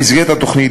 במסגרת התוכנית,